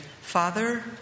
Father